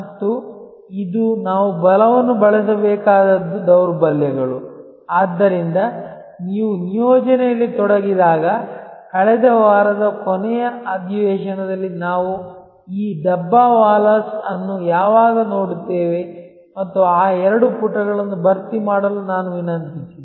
ಮತ್ತು ಇದು ನಾವು ಬಲವನ್ನು ಬಳಸಬೇಕಾದದ್ದು ದೌರ್ಬಲ್ಯಗಳು ಆದ್ದರಿಂದ ನೀವು ನಿಯೋಜನೆಯಲ್ಲಿ ತೊಡಗಿದಾಗ ಕಳೆದ ವಾರದ ಕೊನೆಯ ಅಧಿವೇಶನದಲ್ಲಿ ನಾವು ಈ ದಬ್ಬಾವಾಲಸ್ ಅನ್ನು ಯಾವಾಗ ನೋಡುತ್ತೇವೆ ಮತ್ತು ಆ ಎರಡು ಪುಟಗಳನ್ನು ಭರ್ತಿ ಮಾಡಲು ನಾನು ವಿನಂತಿಸಿದೆ